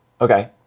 Okay